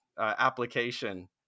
application